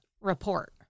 report